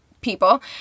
people